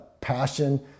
Passion